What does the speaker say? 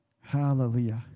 Hallelujah